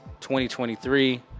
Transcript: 2023